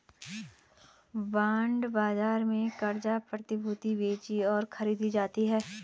bond बाजार में क़र्ज़ प्रतिभूतियां बेचीं और खरीदी जाती हैं